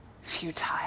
futile